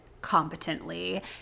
competently